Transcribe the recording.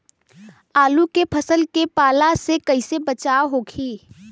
आलू के फसल के पाला से कइसे बचाव होखि?